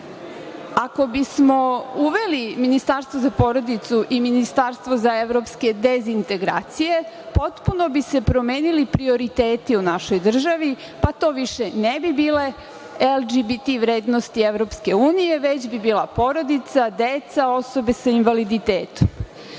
bismo uveli ministarstvo za porodicu i ministarstvo za evropske dezintegracije potpuno bi se promenili prioriteti o našoj državi, pa to više ne bi bile LGBT vrednosti EU, već bi bila porodica, deca, osobe sa invaliditetom.